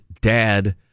dad